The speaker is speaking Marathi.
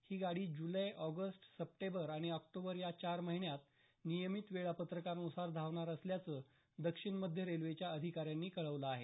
ही गाडी जुलै ऑगस्ट सप्टेंबर आणि ऑक्टोबर या चार महिन्यांत नियमित वेळापत्रकानुसार धावणार असल्याचं दक्षिण मध्य रेल्वेच्या अधिकाऱ्यांनी कळवलं आहे